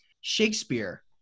Shakespeare